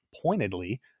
pointedly